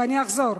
ואני אחזור,